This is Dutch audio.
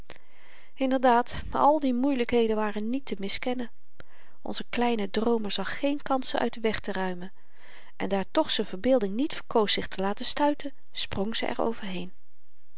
inderdaad al die moeielykheden waren niet te miskennen onze kleine droomer zag geen kans ze uit den weg te ruimen en daar toch z'n verbeelding niet verkoos zich te laten stuiten sprong ze